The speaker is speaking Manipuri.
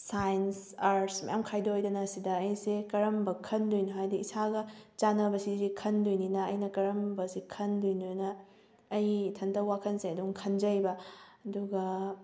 ꯁꯥꯏꯟꯁ ꯑꯥꯔꯠꯁ ꯃꯌꯥꯝ ꯈꯥꯏꯗꯣꯛꯏꯗꯅ ꯁꯤꯗ ꯑꯩꯁꯦ ꯀꯔꯝꯕ ꯈꯟꯗꯣꯏꯅꯣ ꯍꯥꯏꯗꯤ ꯏꯁꯥꯒ ꯆꯥꯅꯕꯁꯦ ꯁꯤꯁꯦ ꯈꯟꯗꯣꯏꯅꯤꯅ ꯑꯩꯟꯅ ꯀꯔꯝꯕꯁꯤ ꯈꯟꯗꯣꯏꯅꯣꯅ ꯑꯩ ꯏꯊꯟꯇ ꯋꯥꯈꯜꯁꯦ ꯑꯗꯨꯝ ꯈꯟꯖꯩꯌꯦꯕ ꯑꯗꯨꯒ